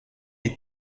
est